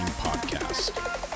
Podcast